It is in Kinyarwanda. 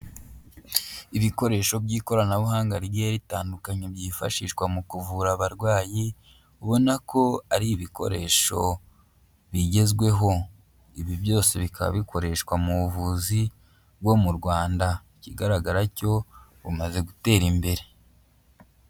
Ibikoresho by'ikoranabuhanga rigiye ritandukanye byifashishwa mu kuvura abarwayi, ubona ko ari ibikoresho bigezweho, ibi byose bikaba bikoreshwa mu buvuzi bwo mu Rwanda, ikigaragara cyo bumaze gutera imbere.